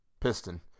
Piston